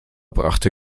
brachte